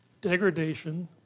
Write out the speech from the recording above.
degradation